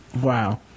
wow